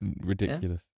ridiculous